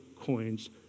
coins